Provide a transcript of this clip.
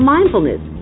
Mindfulness